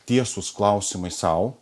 tiesūs klausimai sau